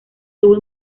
tuvo